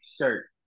shirt